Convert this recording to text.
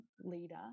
leader